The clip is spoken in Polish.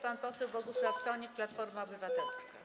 Pan poseł Bogusław Sonik, Platforma Obywatelska.